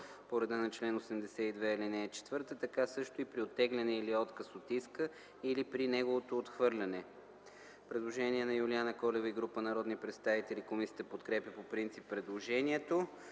по реда на чл. 82, ал. 4, така също и при оттегляне или отказ от иска или при неговото отхвърляне.” Предложение на Юлиана Колева и група народни представители. Комисията подкрепя по принцип предложението.